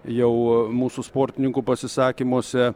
jau mūsų sportininkų pasisakymuose